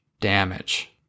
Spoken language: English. damage